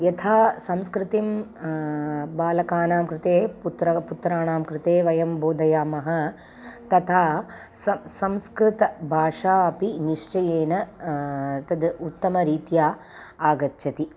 यथा संस्कृतिं बालकानां कृते पुत्र पुत्राणां कृते वयं बोधयामः तथा स संस्कृतभाषा अपि निश्चयेन तद् उत्तमरीत्या आगच्छति